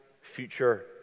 future